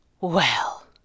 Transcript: Well